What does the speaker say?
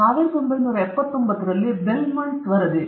ಅದರ ನಂತರ 1979 ರಲ್ಲಿ ಬೆಲ್ಮಾಂಟ್ ವರದಿ